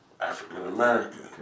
African-American